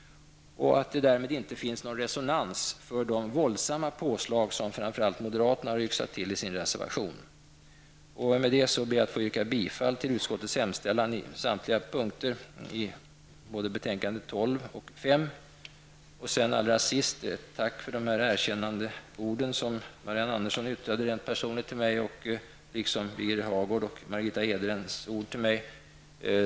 Därmed finns det ingen resonans för de våldsamma påslag som framför allt moderaterna har yxat till i sin reservation. Med detta, herr talman, vill jag yrka bifall till utskottets hemställan på samtliga punkter i utbildningsutskottets betänkanden 12 och 5. Allra sist vill jag framföra tack för de erkännande orden från Marianne Andersson i Vårgårda som hon riktade personligen till mig. Jag tackar också för Birger Hagårds och Margitta Edgrens ord till mig.